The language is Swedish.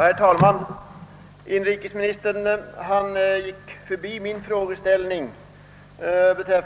Herr talman! Inrikesministern gick förbi min fråga